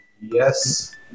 Yes